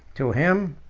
to him,